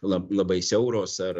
lab labai siauros ar